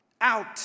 out